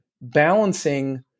balancing